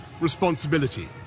responsibility